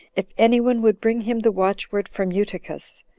if any one would bring him the watchword from eutychus.